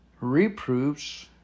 reproofs